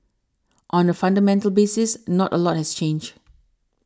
on a fundamental basis not a lot has changed